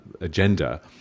agenda